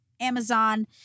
Amazon